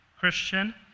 Christian